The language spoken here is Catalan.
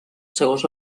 segons